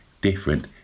different